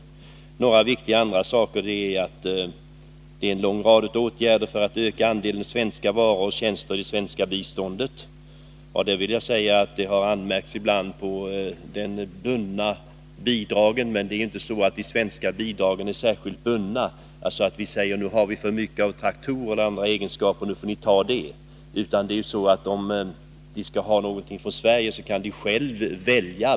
Bland andra viktiga saker är en lång rad av åtgärder för att öka andelen svenska varor och tjänster i det svenska biståndet. Det har ibland anmärkts på att våra bidrag skulle vara alltför bundna, men de är faktiskt inte särskilt bundna. Vi säger exempelvis inte att vi just nu har för många traktorer och att ett visst land därför får ta sådana.